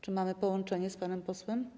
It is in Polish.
Czy mamy połączenie z panem posłem?